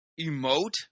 emote